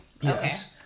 yes